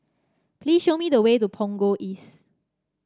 please show me the way to Punggol East